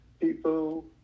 people